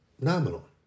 nominal